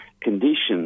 conditions